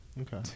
Okay